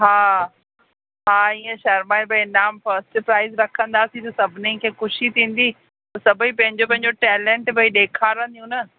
हा हा इयं शर्माइनि पोइ इनाम फ़स्ट प्राइज़ रखंदासीं त सभिनिनि खे ख़ुशी थींदी त सभई पंहिंजो पंहिंजो टैलेंट भई ॾेखारिंदियूं न